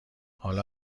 حالا